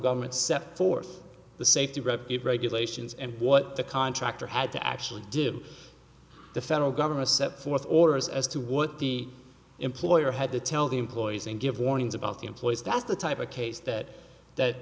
government stepped forth the safety record it regulations and what the contractor had to actually did the federal government set forth orders as to what the employer had to tell the employees and give warnings about employees that's the type of case that that